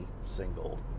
single